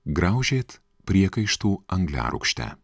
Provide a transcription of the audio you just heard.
graužėt priekaištų angliarūgšte